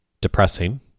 depressing